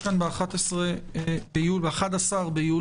הקורונה החדש (הוראת שעה) (הגבלת היציאה מישראל)